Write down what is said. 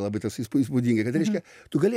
labai tas įspūdis būdinga kad reiškia tu gali